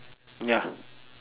ya